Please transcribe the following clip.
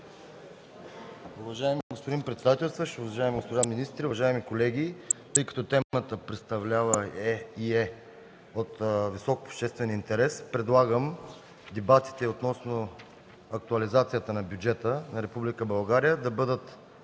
Уважаеми господин председателстващ, уважаеми господа министри, уважаеми колеги! Тъй като темата представлява и е с висок обществен интерес, предлагам дебатите по актуализацията на бюджета на Република България да бъдат